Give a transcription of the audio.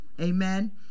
Amen